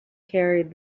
carried